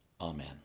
Amen